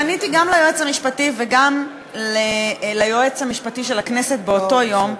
פניתי גם ליועץ המשפטי וגם ליועץ המשפטי של הכנסת באותו יום,